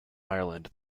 ireland